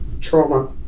trauma